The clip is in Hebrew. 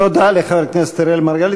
תודה לחבר הכנסת אראל מרגלית.